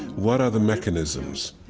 what are the mechanisms?